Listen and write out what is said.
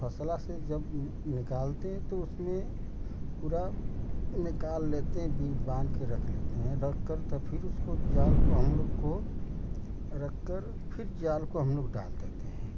फसला से जब निकालते हैं तो उसमें पूरा निकाल लेते बीन बान कर रख लेते हैं रख करके फिर उसको जाल को हम लोग को रखकर फिर जाल को हम लोग डाल देते हैं